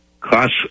cost